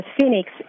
Phoenix